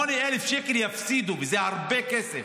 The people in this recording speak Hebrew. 8,000 שקל יפסידו, וזה הרבה כסף.